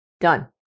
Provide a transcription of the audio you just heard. done